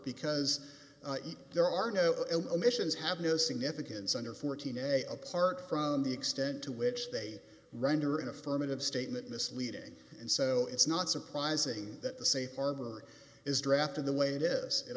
because there are no omissions have no significance under fourteen a apart from the extent to which they render an affirmative statement misleading and so it's not surprising that the safe harbor is drafted the way it is it